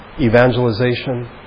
evangelization